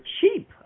cheap